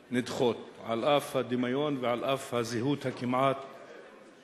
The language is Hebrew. נדחות, על אף הדמיון והזהות הכמעט-מוחלטת.